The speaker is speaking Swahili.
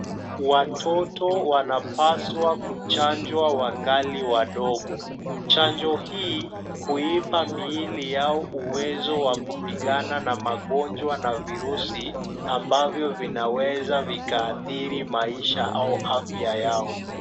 Watoto wanapaswa kuchanjwa wangali wadogo. Chanjo hii huipa miili yao uwezo wa kupigana na magonjwa na virusi ambavyo vinaweza vikaathiri maisha au afya yao.